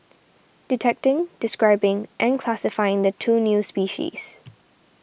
detecting describing and classifying the two new species